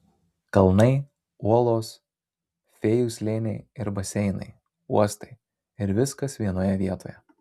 kalnai uolos fėjų slėniai ir baseinai uostai ir viskas vienoje vietoje